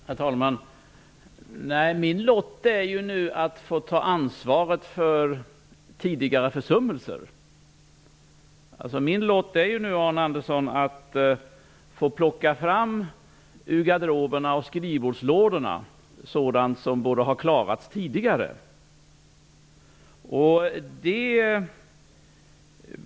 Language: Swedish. Herr talman! Min lott är nu att ta ansvar för tidigare försummelser. Min lott är nu, Arne Andersson, att plocka fram ur garderoberna och skrivbordslådorna sådant som borde ha avklarats tidigare.